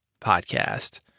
podcast